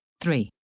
three